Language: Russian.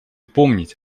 помнить